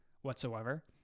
whatsoever